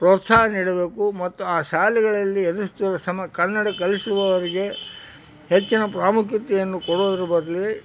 ಪ್ರೋತ್ಸಾಹ ನೀಡಬೇಕು ಮತ್ತು ಆ ಶಾಲೆಗಳಲ್ಲಿ ಎದುರಿಸುತ್ತಿರುವ ಸಮ ಕನ್ನಡ ಕಲಿಸುವವರಿಗೆ ಹೆಚ್ಚಿನ ಪ್ರಾಮುಖ್ಯತೆಯನ್ನು ಕೊಡೋದರ ಬದಲಿಗೆ